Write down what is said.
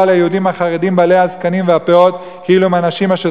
על היהודים החרדים בעלי הזקנים והפאות כאילו הם אנשים אשר